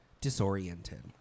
disoriented